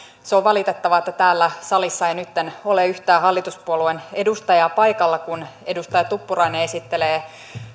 se on valitettavaa että täällä salissa ei nytten ole yhtään hallituspuolueen edustajaa paikalla kun edustaja tuppurainen esittelee